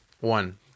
one